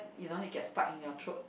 you know it get stuck in your throat